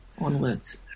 onwards